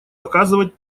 оказывать